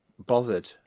bothered